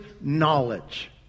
knowledge